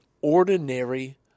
ordinary